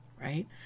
Right